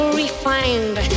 refined